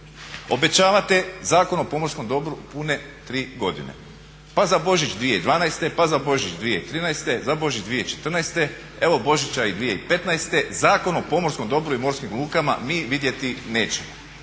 Obećavate Zakon o pomorskom dobru pune tri godine, pa za Božić 2012., pa za Božić 2013., za Božić 2014. Evo Božića 2015. Zakon o pomorskom dobru i morskim lukama mi vidjeti nećemo.